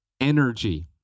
energy